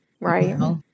right